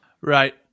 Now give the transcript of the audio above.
Right